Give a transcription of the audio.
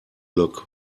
look